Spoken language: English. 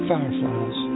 Fireflies